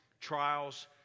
trials